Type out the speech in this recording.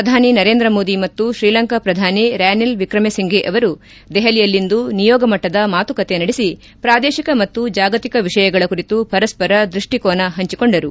ಪ್ರಧಾನಿ ನರೇಂದ್ರ ಮೋದಿ ಮತ್ತು ಶ್ರೀಲಂಕಾ ಪ್ರಧಾನಿ ರನಿಲ್ ವಿಕ್ರೆಮೆ ಒಂಫೆ ಅವರು ದೆಹಲಿಯಲ್ಲಿಂದು ನಿಯೋಗ ಮಟ್ಟದ ಮಾತುಕತೆ ನಡೆಸ ಪ್ರಾದೇಶಿಕ ಮತ್ತು ಜಾಗತಿಕ ವಿಷಯಗಳ ಕುರಿತು ಪರಸ್ವರ ದೃಷ್ಟಿಕೋನ ಹಂಚಿ ಕೊಂಡರು